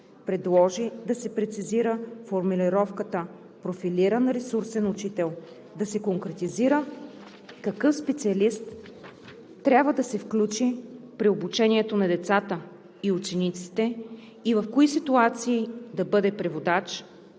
предложи да се прецизира формулировката „профилиран ресурсен учител“. Да се конкретизира какъв специалист следва да се включи при обучението на децата и учениците и в кои ситуации да бъде преводач,